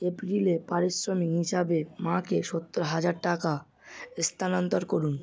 এপ্রিলের পারিশ্রমিক হিসাবে মাকে সত্তর হাজার টাকা স্থানান্তর করুন